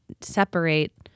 separate